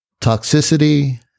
toxicity